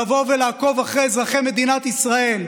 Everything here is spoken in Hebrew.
לבוא ולעקוב אחרי אזרחי מדינת ישראל,